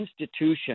institution